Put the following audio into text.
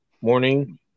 morning